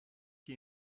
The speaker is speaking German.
die